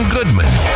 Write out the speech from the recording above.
Goodman